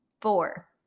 Four